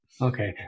okay